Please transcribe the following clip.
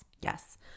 yes